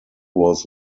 was